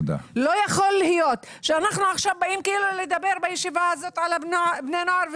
לא יכול להיות שאנחנו עכשיו באים כאילו לדבר בישיבה הזאת על בני הנוער,